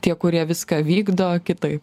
tie kurie viską vykdo kitaip